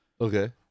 Okay